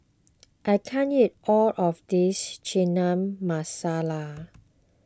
I can't eat all of this Chana Masala